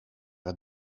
het